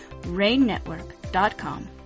rainnetwork.com